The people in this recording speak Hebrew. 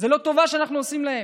זו לא טובה שאנחנו עושים להם.